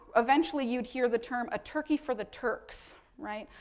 eventually you'd hear the term a turkey for the turks, right.